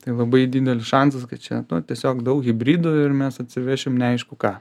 tai labai didelis šansas kad čia nu tiesiog daug hibrido ir mes atsivešim neaišku ką